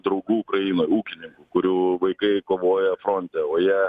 draugų ukrainoj ūkininkų kurių vaikai kovoja fronte o jie